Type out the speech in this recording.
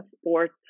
sport